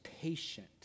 patient